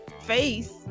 face